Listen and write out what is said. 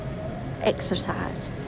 exercise